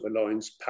alliance